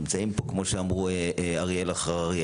נמצאים פה כמו שאמרו אריאל אלחרר,